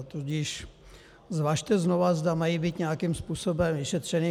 Tudíž zvažte znova, zda mají být nějakým způsobem vyšetřeny.